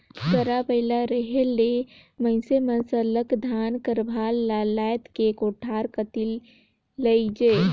गाड़ा बइला रहें ले मइनसे मन सरलग धान कर भार ल लाएद के कोठार कती लेइजें